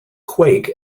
quake